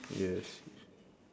yes